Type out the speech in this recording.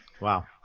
Wow